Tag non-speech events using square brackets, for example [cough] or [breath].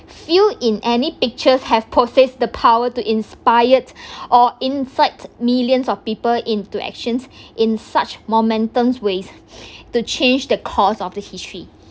few in any pictures have possess the power to inspired or incite millions of people into actions in such momentum ways [breath] to change the course of the history